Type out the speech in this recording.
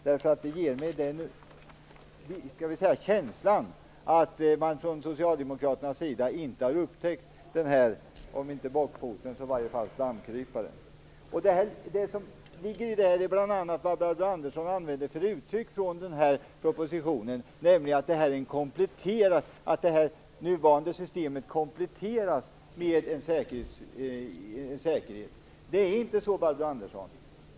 Det ger mig känslan att man från Socialdemokraternas sida inte upptäckt om inte bockfoten så i varje fall slamkryparen. Barbro Andersson säger att det nuvarande systemet kompletteras med en säkerhet. Det är inte så, Barbro Andersson.